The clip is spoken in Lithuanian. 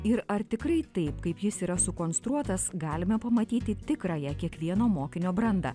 ir ar tikrai taip kaip jis yra sukonstruotas galime pamatyti tikrąją kiekvieno mokinio brandą